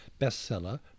bestseller